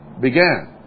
began